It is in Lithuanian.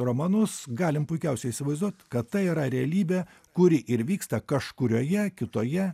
romanus galim puikiausiai įsivaizduot kad tai yra realybė kuri ir vyksta kažkurioje kitoje